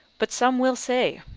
but some will say,